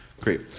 Great